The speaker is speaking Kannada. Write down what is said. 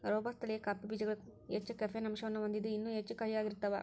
ರೋಬಸ್ಟ ತಳಿಯ ಕಾಫಿ ಬೇಜಗಳು ಹೆಚ್ಚ ಕೆಫೇನ್ ಅಂಶವನ್ನ ಹೊಂದಿದ್ದು ಇನ್ನೂ ಹೆಚ್ಚು ಕಹಿಯಾಗಿರ್ತಾವ